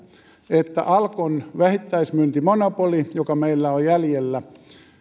että alkon vähittäismyyntimonopoli joka meillä on jäljellä